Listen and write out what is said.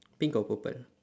pink or purple